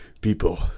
people